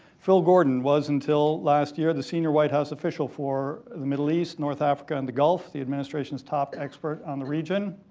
phil gordon was, until last year, the senior white house official for the middle east, north africa, and the gulf, the administrations top expert on the region,